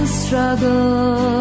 struggle